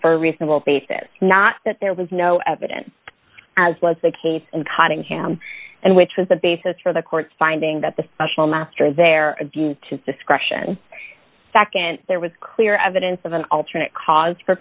a reasonable basis not that there was no evidence as was the case in cottingham and which was the basis for the court's finding that the special master there abused to discretion nd there was clear evidence of an alternate cause for